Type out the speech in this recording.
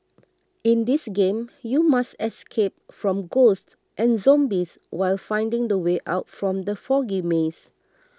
in this game you must escape from ghosts and zombies while finding the way out from the foggy maze